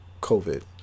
COVID